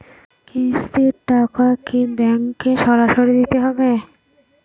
কিস্তির টাকা কি ব্যাঙ্কে সরাসরি দিতে হবে?